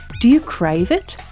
do you crave it?